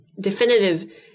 definitive